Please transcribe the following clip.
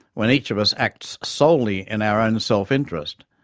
when each of us acts solely in our own self-interest,